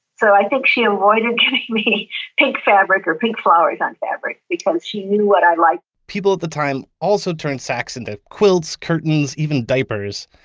so i think she avoided getting me pink fabric or pink flowers on fabric because she knew what i liked. people at the time also turned sacks and the quilts, curtains, even diapers,